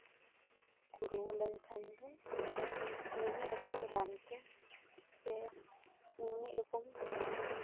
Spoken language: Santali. ᱠᱚ ᱨᱩᱣᱟᱹ ᱞᱮᱱᱠᱷᱟᱱ ᱫᱚ ᱢᱤᱢᱤᱫ ᱨᱚᱠᱚᱢ ᱨᱟᱱ ᱛᱮ ᱥᱮ ᱢᱤᱫ ᱨᱚᱠᱚᱢ